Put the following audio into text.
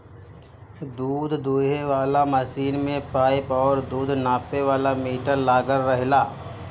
दूध दूहे वाला मशीन में पाइप और दूध नापे वाला मीटर लागल रहेला